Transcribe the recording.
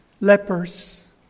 lepers